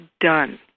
done